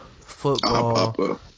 football